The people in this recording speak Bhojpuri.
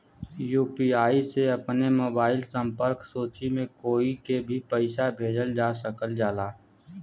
यू.पी.आई से अपने मोबाइल संपर्क सूची में कोई के भी पइसा भेजल जा सकल जाला